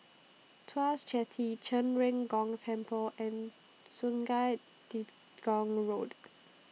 Tuas Jetty Zhen Ren Gong Temple and Sungei Gedong Road